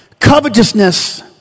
Covetousness